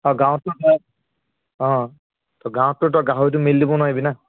আৰু গাঁৱতটো অঁ গাঁৱতটো তই গাহৰিটো মেলি দিব নোৱাৰিবি না